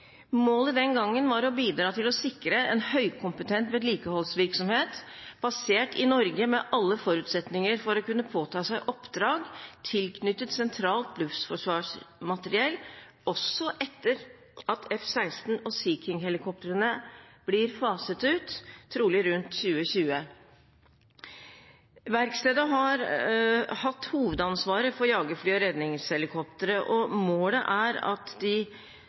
Målet den gangen var å bidra til å sikre en høykompetent vedlikeholdsvirksomhet basert i Norge, med alle forutsetninger for å kunne påta seg oppdrag tilknyttet sentralt luftforsvarsmateriell, også etter at F-16 og Sea King-helikoptrene blir faset ut, trolig rundt 2020. Verkstedet har hatt hovedansvaret for jagerfly og redningshelikoptre, og målet er at de